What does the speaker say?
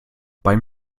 beim